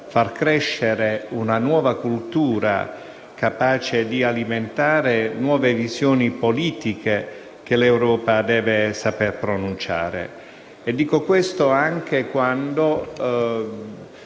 far crescere una nuova cultura capace di alimentare nuove visioni politiche che l'Europa deve saper pronunciare. E dico questo anche quando